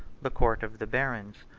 the court of the barons.